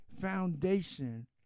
foundation